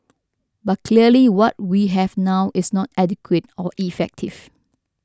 but clearly what we have now is not adequate or effective